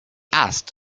asked